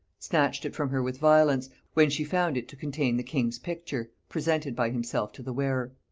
snatched it from her with violence, when she found it to contain the king's picture, presented by himself to the wearer.